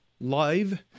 live